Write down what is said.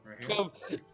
twelve